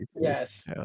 yes